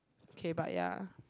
K Paya